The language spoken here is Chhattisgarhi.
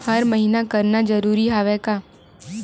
हर महीना करना जरूरी हवय का?